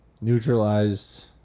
neutralized